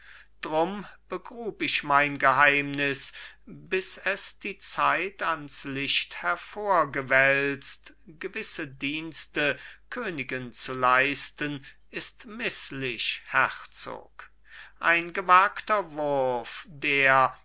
drum begrub ich mein geheimnis bis es die zeit ans licht hervorgewälzt gewisse dienste königen zu leisten ist mißlich herzog ein gewagter wurf der